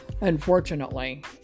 Unfortunately